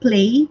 Play